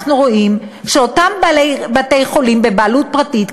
אנחנו רואים שאותם בתי-חולים בבעלות פרטית,